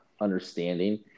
understanding